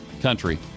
country